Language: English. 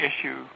issue